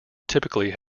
typically